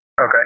Okay